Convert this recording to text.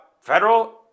federal